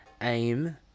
aim